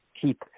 keep